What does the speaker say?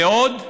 ועוד מבקשים: